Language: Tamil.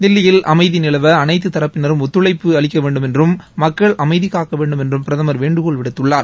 தில்லியில் அம்தி நிலவ அனைத்து தரப்பினரும் ஒத்துழழப்பு அளிக்க வேண்டுமென்றும் மக்கள் அமைதி காக்க வேண்டுமென்றும் பிரதமர் வேண்டுகோள் விடுத்துள்ளார்